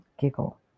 giggle